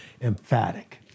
Emphatic